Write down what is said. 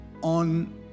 on